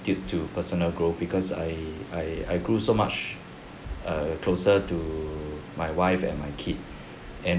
to personal growth because I I I grew so much err closer to my wife and my kid and